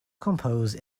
composed